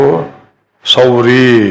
Sauri